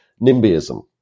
NIMBYism